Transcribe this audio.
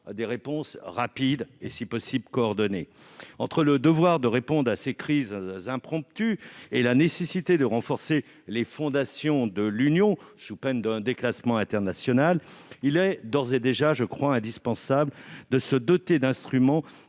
des réponses rapides et si possible coordonnées. Entre le devoir de répondre à ces crises impromptues et la nécessité de renforcer les fondations de l'Union, sous peine d'un déclassement international, il est d'ores et déjà indispensable de se doter d'instruments